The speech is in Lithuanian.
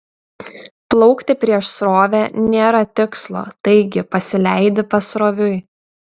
plaukti prieš srovę nėra tikslo taigi pasileidi pasroviui